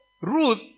Ruth